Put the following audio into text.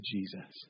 Jesus